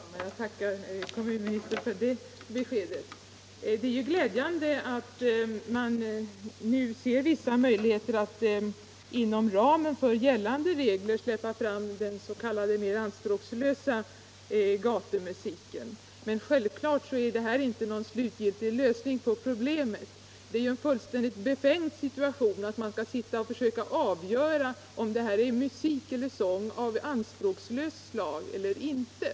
Nr 65 Herr talman! Jag tackar kommunministern för det beskedet. Det är Torsdagen den glädjande att man nu ser vissa möjligheter att inom ramen för gällande 12 februari 1976 regler släppa fram den s.k. mer anspråkslösa gatumusiken, men självklart = är det inte någon slutgiltig lösning på problemet. Om tidigare tillgång Det är en fullständigt befängd situation att man skall försöka avgöra = till riksskatteverkets om det i de olika fallen rör sig om musik och sång av anspråkslöst slag = deklarationsblaneller inte.